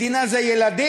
מדינה זה ילדים,